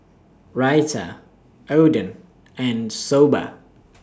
Raita Oden and Soba